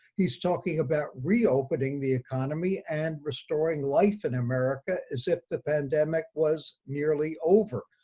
he's talking about reopening the economy and restoring life in america is that the pandemic was nearly over.